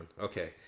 okay